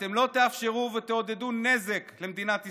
שאתם לא תאפשרו ותעודדו נזק למדינת ישראל.